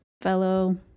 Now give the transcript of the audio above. fellow